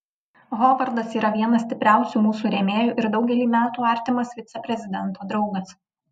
hovardas yra vienas stipriausių mūsų rėmėjų ir daugelį metų artimas viceprezidento draugas